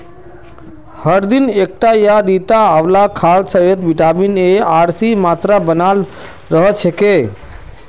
हर दिन एकटा या दिता आंवला खाल शरीरत विटामिन एर आर सीर मात्रा बनाल रह छेक